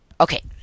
okay